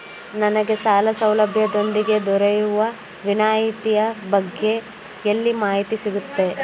ನನಗೆ ಸಾಲ ಸೌಲಭ್ಯದೊಂದಿಗೆ ದೊರೆಯುವ ವಿನಾಯತಿಯ ಬಗ್ಗೆ ಎಲ್ಲಿ ಮಾಹಿತಿ ಸಿಗುತ್ತದೆ?